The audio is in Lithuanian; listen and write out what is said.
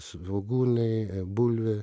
svogūnai e bulvė